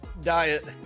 Diet